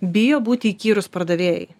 bijo būti įkyrūs pardavėjai